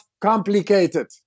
complicated